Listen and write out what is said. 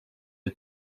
the